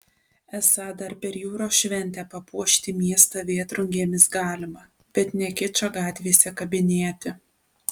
esą dar per jūros šventę papuošti miestą vėtrungėmis galima bet ne kičą gatvėse kabinėti